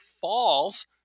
falls